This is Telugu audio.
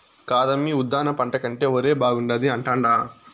కాదమ్మీ ఉద్దాన పంట కంటే ఒరే బాగుండాది అంటాండా